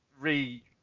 re